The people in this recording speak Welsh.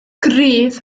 gryf